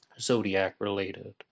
Zodiac-related